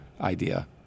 idea